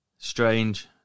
Strange